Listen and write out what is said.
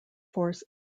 force